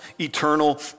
eternal